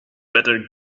better